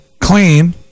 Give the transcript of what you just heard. clean